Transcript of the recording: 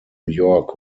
york